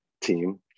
team